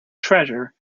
treasure